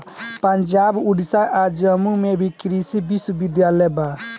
पंजाब, ओडिसा आ जम्मू में भी कृषि विश्वविद्यालय बा